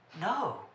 no